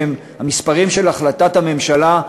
שהם המספרים של החלטת הממשלה,